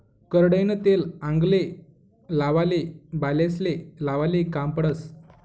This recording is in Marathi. करडईनं तेल आंगले लावाले, बालेस्ले लावाले काम पडस